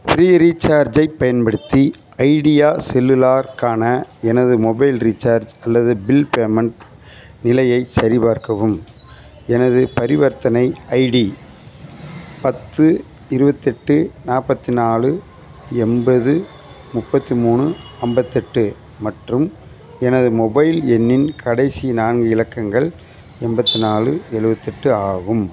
free ரீச்சார்ஜ்ஜைப் பயன்படுத்தி Idea செல்லுலார்க்கான எனது மொபைல் ரீசார்ஜ் அல்லது பில் பேமெண்ட் நிலையைச் சரிபார்க்கவும் எனது பரிவர்த்தனை ஐடி பத்து இருபத்தெட்டு நாற்பத்தி நாலு எண்பது முப்பத்தி மூணு ஐம்பத்தெட்டு மற்றும் எனது மொபைல் எண்ணின் கடைசி நான்கு இலக்கங்கள் எண்பத்தி நாலு எழுவத்தெட்டு ஆகும்